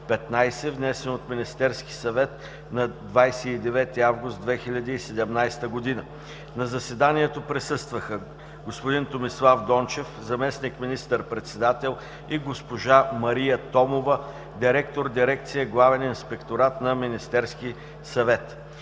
внесен от Министерския съвет на 29 август 2017 г. На заседанието присъстваха господин Томислав Дончев – заместник-министър председател, и госпожа Мария Томова – директор-дирекция „Главен инспекторат“ на Министерския съвет.